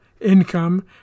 income